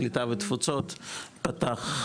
קליטה ותפוצות פתח,